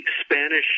Spanish